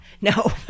No